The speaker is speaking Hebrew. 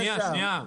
רגע, שנייה, שנייה.